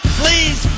please